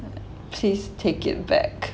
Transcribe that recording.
please take it back